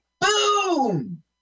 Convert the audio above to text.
Boom